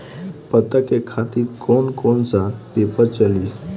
पता के खातिर कौन कौन सा पेपर चली?